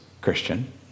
Christian